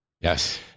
Yes